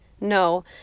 no